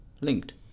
linked